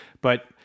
But-